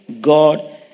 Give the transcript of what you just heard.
God